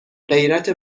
غیرت